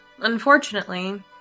unfortunately